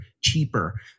cheaper